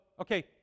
okay